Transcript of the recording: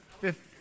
fifth